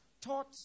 taught